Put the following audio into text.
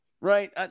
right